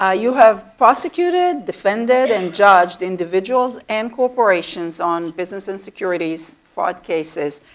ah you have prosecuted, defended and judged individuals and corporations on business insecurities fraud cases.